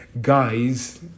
guys